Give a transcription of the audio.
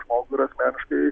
žmogų yra asmeniškai